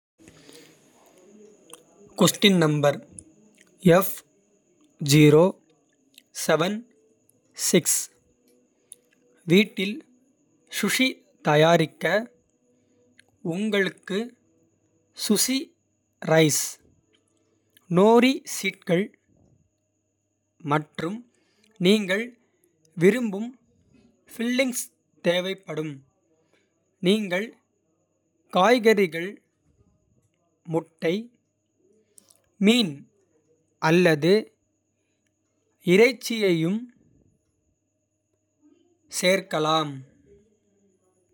வீட்டில் சுஷி தயாரிக்க உங்களுக்கு சுஷி ரைஸ். நோரி ஷீட்கள் மற்றும் நீங்கள் விரும்பும் ஃபில்லிங்ஸ். தேவைப்படும் நீங்கள் காய்கறிகள் முட்டை. மீன் அல்லது இறைச்சியையும் சேர்க்கலாம்.